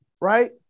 Right